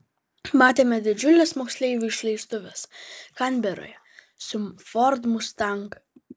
matėme didžiules moksleivių išleistuves kanberoje su ford mustang